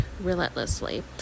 relentlessly